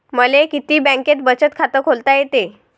मले किती बँकेत बचत खात खोलता येते?